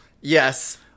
Yes